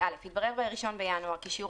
"עדכון סכומים 20. התברר ב-1 בינואר כי שיעור